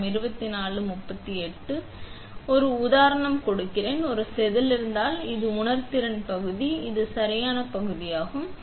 எனவே இது ஒரு உதாரணம் கொடுக்கிறேன் இது செதில் இருந்தால் இது உணர்திறன் பகுதி இது ஒரு சரியான பகுதியாகும்